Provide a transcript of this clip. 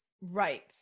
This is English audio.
Right